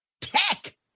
Tech